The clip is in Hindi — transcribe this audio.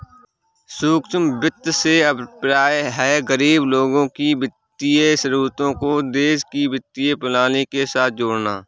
सूक्ष्म वित्त से अभिप्राय है, गरीब लोगों की वित्तीय जरूरतों को देश की वित्तीय प्रणाली के साथ जोड़ना